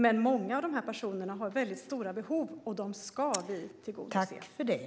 Men många av de här personerna har väldigt stora behov, och de ska vi tillgodose.